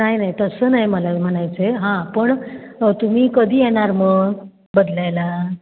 नाही नाही तसं नाही मला म्हणायचं आहे हां पण तुम्ही कधी येणार मग बदलायला